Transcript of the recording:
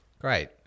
Great